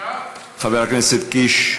חבר הכנסת קיש,